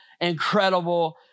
incredible